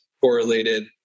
correlated